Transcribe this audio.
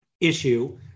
issue